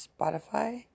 Spotify